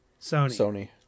Sony